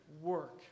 work